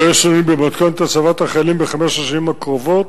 לא יהיה שינוי במתכונת הצבת החיילים בחמש השנים הקרובות.